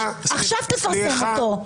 לא, לא, סליחה -- עכשיו תפרסם אותו.